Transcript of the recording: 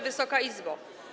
Wysoka Izbo!